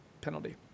penalty